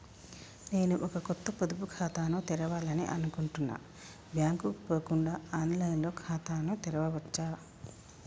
నేను ఒక కొత్త పొదుపు ఖాతాను తెరవాలని అనుకుంటున్నా బ్యాంక్ కు పోకుండా ఆన్ లైన్ లో ఖాతాను తెరవవచ్చా?